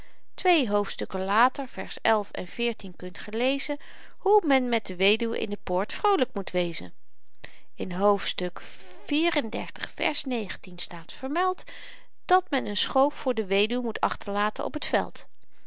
twee hoofdstukken later vers en kunt ge lezen hoe men met de weduwen in de poort vroolyk moet wezen in hoofdstuk xxxiv vers staat vermeld dat men een schoof voor de weduw moet achterlaten op t veld